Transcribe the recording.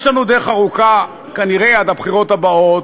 יש לנו דרך ארוכה, כנראה, עד הבחירות הבאות.